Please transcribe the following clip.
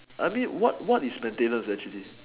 I mean what what is maintenance actually